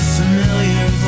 familiar